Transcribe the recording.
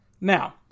Now